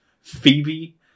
Phoebe